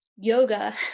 yoga